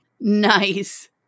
Nice